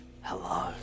Hello